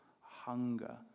hunger